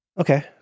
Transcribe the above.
Okay